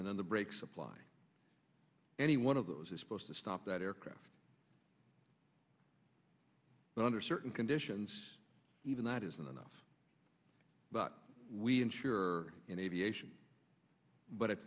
and then the brakes apply any one of those is supposed to stop that aircraft but under certain conditions even that isn't enough but we ensure in aviation but